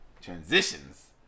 transitions